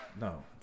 No